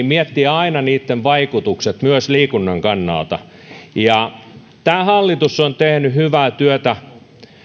miettiä aina niitten vaikutuksia myös liikunnan kannalta tämä hallitus on tehnyt hyvää työtä